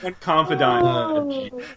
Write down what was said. confidant